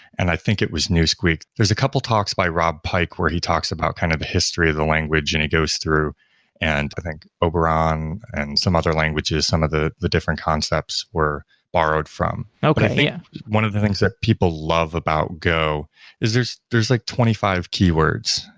and i think it was new squeak. there's a couple talks by rob pike, where he talks about kind of history of the language and it goes through and i think oberon and some other languages, some of the the different concepts were borrowed from. yeah one of the things that people love about go is there's there's like twenty five keywords.